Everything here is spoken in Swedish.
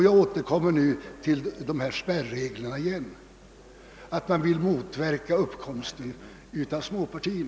— Jag återkommer här till spärreglerna för att motverka uppkomsten av småpartier.